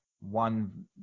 one